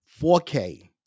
4K